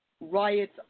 riots